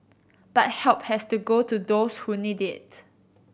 but help has to go to those who need it